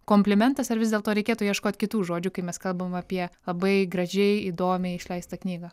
komplimentas ar vis dėlto reikėtų ieškot kitų žodžių kai mes kalbame apie labai gražiai įdomiai išleistą knygą